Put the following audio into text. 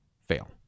fail